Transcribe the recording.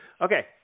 Okay